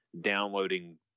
downloading